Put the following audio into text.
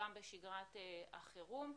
גם בשגרת החירום.